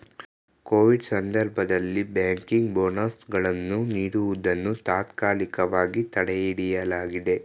Covid ಸಂದರ್ಭದಲ್ಲಿ banking bonus ಗಳನ್ನು ನೀಡುವುದನ್ನು ತಾತ್ಕಾಲಿಕವಾಗಿ ತಡೆಹಿಡಿಯಲಾಗಿದೆ